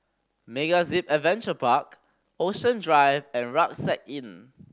MegaZip Adventure Park Ocean Drive and Rucksack Inn